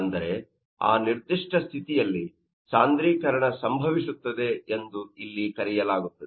ಅಂದರೆ ಆ ನಿರ್ದಿಷ್ಟ ಸ್ಥಿತಿಯಲ್ಲಿ ಸಾಂದ್ರೀಕರಣ ಸಂಭವಿಸುತ್ತದೆ ಎಂದು ಇಲ್ಲಿ ಕರೆಯಲಾಗುತ್ತದೆ